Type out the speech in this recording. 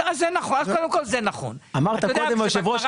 היושב ראש,